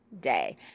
day